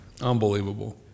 Unbelievable